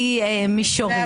ניגוד העניינים בשני מישורים.